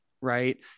right